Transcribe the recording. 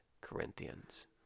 Corinthians